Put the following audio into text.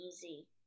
easy